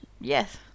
Yes